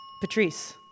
Patrice